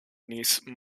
niece